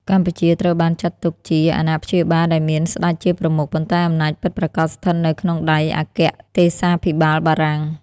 កម្ពុជាត្រូវបានចាត់ទុកជា អាណាព្យាបាល ដែលមានស្ដេចជាប្រមុខ ប៉ុន្តែអំណាចពិតប្រាកដស្ថិតនៅក្នុងដៃអគ្គទេសាភិបាលបារាំង។